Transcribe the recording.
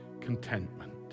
contentment